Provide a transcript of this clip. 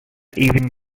even